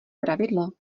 pravidlo